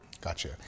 Gotcha